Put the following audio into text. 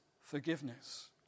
forgiveness